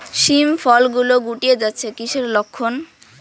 শিম ফল গুলো গুটিয়ে যাচ্ছে কিসের লক্ষন?